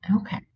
Okay